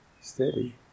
steady